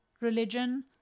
religion